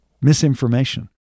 misinformation